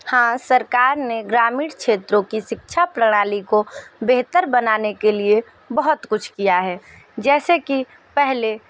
हाँ सरकार ने ग्रामीण क्षेत्रों की शिक्षा प्रणाली को बेहतर बनाने के लिए बहुत कुछ किया है जैसे कि पहले